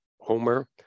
Homer